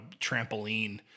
trampoline